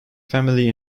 family